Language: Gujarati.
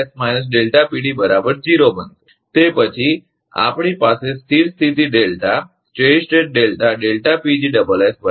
તેનો અર્થ એ કે આ ખરેખર બનશે તે પછી આપણી પાસે સ્થિર સ્થિતી ડેલ્ટા છે